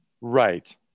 Right